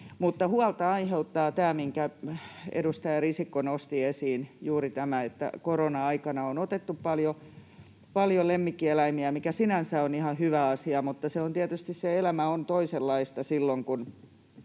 Huolta aiheuttaa juuri tämä, minkä edustaja Risikko nosti esiin, että korona-aikana on otettu paljon lemmikkieläimiä, mikä sinänsä on ihan hyvä asia, mutta se elämä on tietysti toisenlaista silloin. Kun